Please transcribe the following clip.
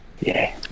Yay